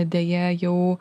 deja jau